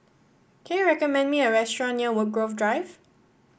can you recommend me a restaurant near Woodgrove Drive